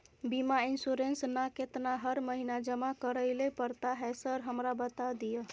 बीमा इन्सुरेंस ना केतना हर महीना जमा करैले पड़ता है सर हमरा बता दिय?